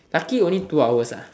lucky only two hours